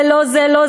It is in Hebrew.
זה לא,